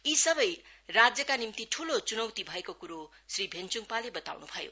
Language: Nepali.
यी सबै राज्यका निम्ति ठूलो चुनौती भएको कुरो श्री भेन्चुङपाले बताउनु भयो